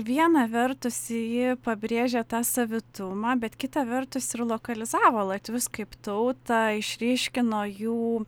viena vertus ji pabrėžė tą savitumą bet kita vertus ir lokalizavo latvius kaip tautą išryškino jų